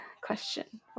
question